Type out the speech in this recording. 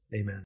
Amen